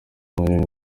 manini